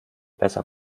besser